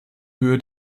höhe